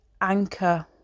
anchor